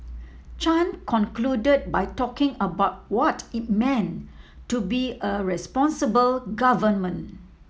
Chan concluded by talking about what it meant to be a responsible government